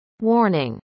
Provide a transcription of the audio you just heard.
Warning